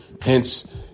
Hence